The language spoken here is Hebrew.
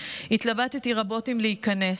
התלבטתי רבות אם להיכנס.